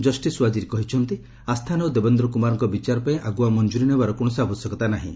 justice Waziri କହିଛନ୍ତି ଆସ୍ଥାନା ଓ ଦେବେନ୍ଦ୍ର କୂମାରଙ୍କ ବିଚାର ପାଇଁ ଆଗୁଆ ମଞ୍ଜରି ନେବାର କୌଣସି ଆବଶ୍ୟକତା ନାହିଁ